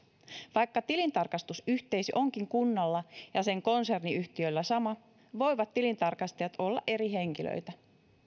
vaikka tilintarkastusyhteisö onkin kunnalla ja sen konserniyhtiöillä sama voivat tilintarkastajat olla eri henkilöitä